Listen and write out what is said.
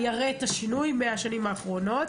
הוא יראה את השינוי מהשנים האחרונות,